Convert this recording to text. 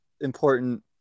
important